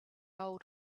old